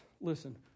listen